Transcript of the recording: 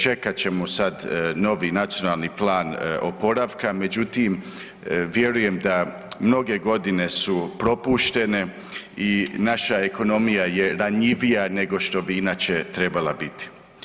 Čekat ćemo sad novi nacionalni plan oporavka, međutim vjerujem da mnoge godine su propuštene i naša ekonomija je ranjivija nego što bi inače trebala biti.